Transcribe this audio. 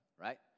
right